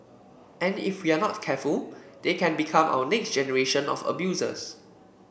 and if we are not careful they can become our next generation of abusers